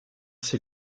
ces